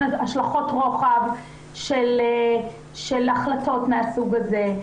השלכות רוחב של החלטות מהסוג הזה.